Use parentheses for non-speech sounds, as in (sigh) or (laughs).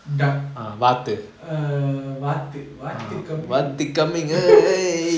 duck err வாத்து வாத்து:vaathu vaathu coming (laughs)